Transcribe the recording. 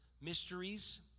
mysteries